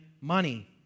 money